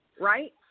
right